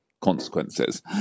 consequences